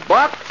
Buck